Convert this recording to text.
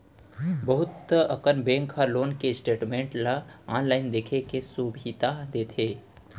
बहुत अकन बेंक ह लोन के स्टेटमेंट ल आनलाइन देखे के सुभीता देथे